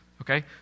Okay